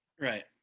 right